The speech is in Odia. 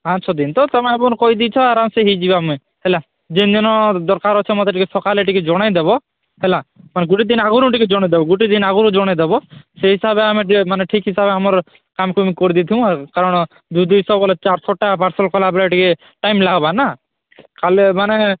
ପାଞ୍ଚ ଛଅ ଦିନ ତ ତୁମେ ଆଗରୁ କହି ଦେଇଥାଅ ଆରାମସେ ହୋଇଯିବ ଆମେ ହେଲା ଯେଉଁଦିନ ଦରକାର ଅଛି ମୋତେ ଟିକେ ସକାଲେ ମୋତେ ଟିକେ ଜଣେଦେବ ହେଲା ତାଙ୍କ ଗୋଟେ ଦିନ ଆଗରୁ ଟିକେ ଜଣେଇଦେବ ଗୋଟେଦିନ ଆଗରୁ ଜଣେଇଦେବ ସେଇ ହିସାବେ ଆମେ ଟିକେ ମାନେ ଠିକ୍ ହିସାବେ ଆମର କାମ୍ କୁମ୍ କରିଦେଇଥିବୁ ଆର କ'ଣ ଦୁଇ ଦୁଇଶହ ବୋଲେ ଚାରଶହଟା ପାର୍ସଲ୍ କଲାବେଳେ ଟିକେ ଟାଇମ୍ ଲାଗବାନା ଖାଲି ମାନେ